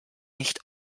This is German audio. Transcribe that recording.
nicht